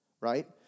right